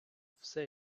все